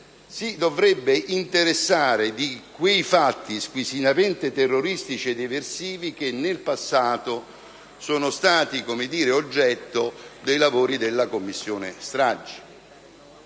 si debba interessare di quei fatti squisitamente terroristici ed eversivi che nel passato sono stati oggetto dei lavori della Commissione stragi.